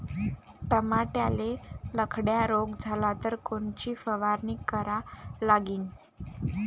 टमाट्याले लखड्या रोग झाला तर कोनची फवारणी करा लागीन?